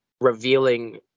revealing